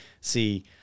see